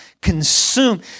consume